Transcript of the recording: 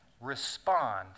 respond